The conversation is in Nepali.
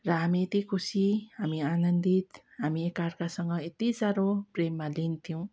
र हामी यति खुशी हामी आनन्दित हामी एकार्कासँग यति साह्रो प्रेममा लिन थियौँ